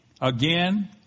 again